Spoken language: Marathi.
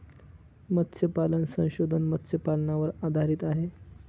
मत्स्यपालन संशोधन मत्स्यपालनावर आधारित आहे